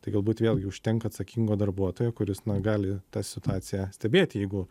tai galbūt vėlgi užtenka atsakingo darbuotojo kuris na gali tą situaciją stebėt jeigu